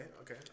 okay